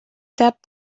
that